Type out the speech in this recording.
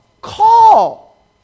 call